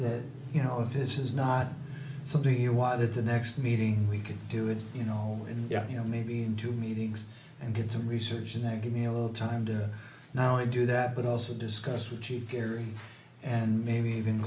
that you know if this is not something you want that the next meeting we can do it you know and you know maybe into meetings and get some research and then give me a little time to now i do that but also discuss with carrie and maybe even